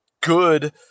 good